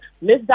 Miss